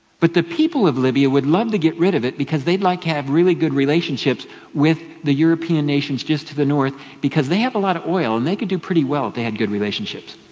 but the people of libya would love to get rid of it because they'd like to have really good relationships with the european nations just to the north because they have a lot of oil, and they could do pretty well if they had good relationships.